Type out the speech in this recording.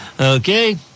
Okay